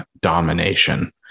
domination